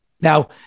Now